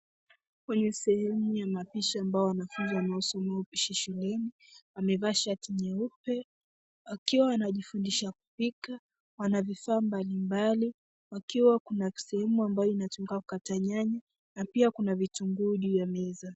Kwenye sehemu ya mapishi ambayo wanafunzi wanaosomea upishi shuleni wamevaa shati jeupe wakiwa wanajifundisha kupika wanavifaa mbalimbali wakiwa kuna sehemu ambayo inatumika kukata nyanya na pia kuna vitunguu juu ya meza.